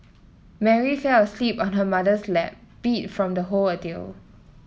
Mary fell asleep on her mother's lap beat from the whole ordeal